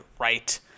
right